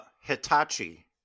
Hitachi